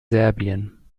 serbien